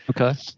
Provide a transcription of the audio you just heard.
Okay